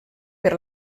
per